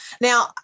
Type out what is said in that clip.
Now